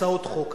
הצעות חוק.